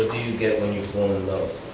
you get when you fall in love?